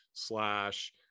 Slash